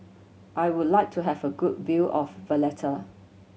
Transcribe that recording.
I would like to have a good view of Valletta